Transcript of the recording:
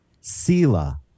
sila